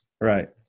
Right